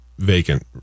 Vacant